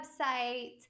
website